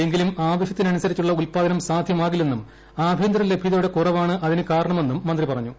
എങ്കിലും ആവശൃത്തിനനുസരിച്ചുള്ള ഉത്പാദ്യത്തിക് സാധൃമാകില്ലെന്നും ആഭ്യന്തര ലഭ്യതയുടെ കുറവാണ് അതിന് കാരണമെന്നും മന്ത്രി പറഞ്ഞു